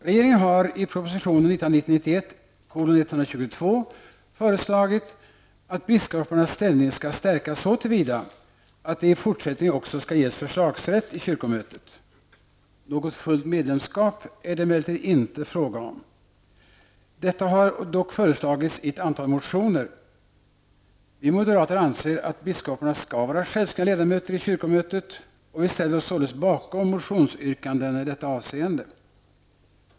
Regeringen har i proposition 1990/91:122 föreslagit att biskoparnas ställning skall stärkas så till vida att de i fortsättningen också skall ges förslagsrätt i kyrkomötet. Något fullt medlemskap är det emellertid inte fråga om. Detta har dock föreslagits i ett antal motioner. Vi moderater anser att biskoparna skall vara självskrivna ledamöter i kyrkomötet, och vi ställer oss således bakom motionsyrkandena i detta avseende.